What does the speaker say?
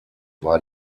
war